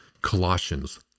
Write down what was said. Colossians